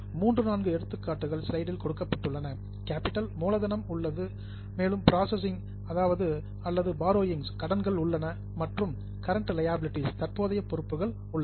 மூன்று நான்கு எடுத்துக்காட்டுகள் ஸ்லைடில் கொடுக்கப்பட்டுள்ளன கேப்பிட்டல் மூலதனம் உள்ளது பாரோயிங்ஸ் கடன்கள் உள்ளன மற்றும் கரெண்ட் லியாபிலிடீஸ் தற்போதைய பொறுப்புகள் உள்ளன